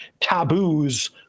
taboos